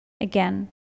again